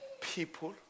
people